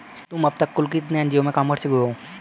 तुम अब तक कुल कितने एन.जी.ओ में काम कर चुकी हो?